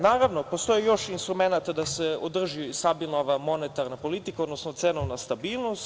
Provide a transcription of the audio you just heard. Naravno, postoji još instrumenata da se održi stabilna monetarna politika, odnosno cenovna stabilnost.